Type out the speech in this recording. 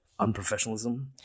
unprofessionalism